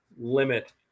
limit